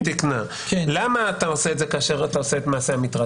כאשר אתה עושה את מעשה המטרד?